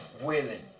willing